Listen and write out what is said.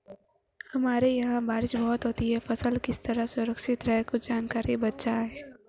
हमारे यहाँ बारिश बहुत होती है फसल किस तरह सुरक्षित रहे कुछ जानकारी बताएं?